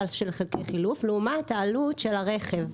סל של חלקי חילוף לעומת העלות של הרכב.